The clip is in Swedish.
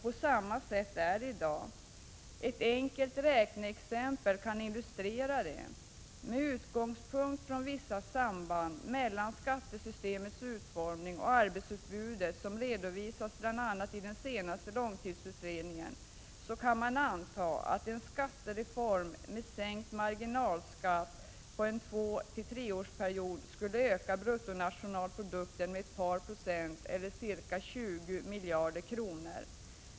På samma sätt är det i dag. Ett enkelt räkneexempel kan illustrera det. Med utgångspunkt i vissa samband mellan skattesystemets utformning och arbetsutbudet, som redovisats bl.a. i den senaste långtidsutredningen, kan man anta att en skattereform med sänkt marginalskatt på en tvåeller treårsperiod skulle öka bruttonationalprodukten med ett par procent, eller ca 20 miljarder kronor.